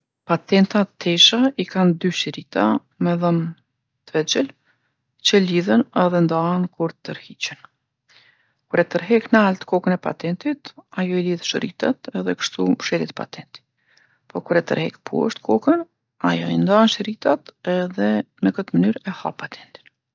Patentat n'tesha i kanë dy shirita me dhom t'vegjël që lidhen edhe ndahen kur tërhiqen. Kur e tërhek nalt kokën e patentit, ajo i lidhë shiritat edhe kshtu mshelet patenti. Po kur e tërhek poshtë kokën, ajo i ndan shiritat edhe në këtë mënyrë e hap patentin.